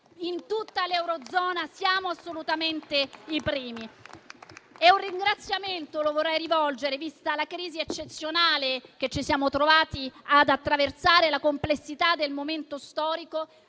in tutta l'eurozona siamo assolutamente i primi. Vorrei rivolgere un ringraziamento, viste la crisi eccezionale che ci siamo trovati ad attraversare e la complessità del momento storico,